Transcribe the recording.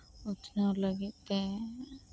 ᱩᱛᱷᱱᱟᱹᱣ ᱞᱟᱹᱜᱤᱫ ᱛᱮ